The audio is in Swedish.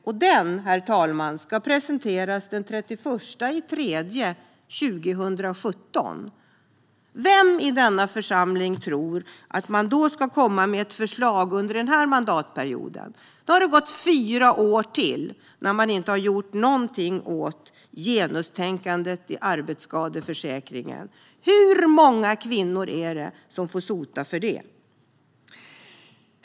Utredningen, herr talman, ska presenteras den 31 mars 2017. Vem i denna församling tror då att man ska komma med ett förslag under den här mandatperioden? Då har det gått fyra år till när man inte har gjort någonting åt genustänkandet i arbetsskadeförsäkringen. Hur många kvinnor är det som får sota för det?